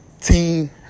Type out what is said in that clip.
Team